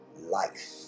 life